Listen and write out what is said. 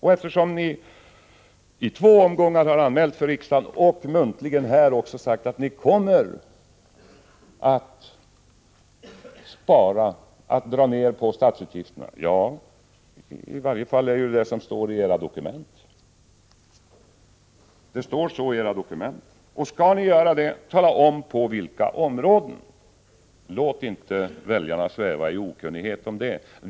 Ni har i två omgångar anmält för riksdagen och muntligen här också sagt att ni kommer att spara, att dra ned på statsutgifterna — det står i varje fall så i era dokument. Skall ni göra det, tala då om på vilka områden ni skall spara! Låt inte väljarna sväva i okunnighet om det.